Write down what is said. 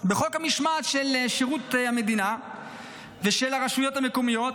בחוק המשמעת של שירות המדינה ושל הרשויות המקומיות.